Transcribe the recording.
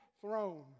throne